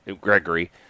Gregory